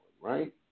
right